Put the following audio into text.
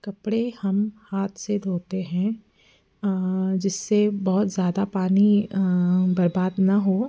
कपड़े हम हाठ से धोते हैं जिससे बहुत ज़्यादा पानी बर्बाद ना हो